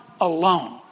alone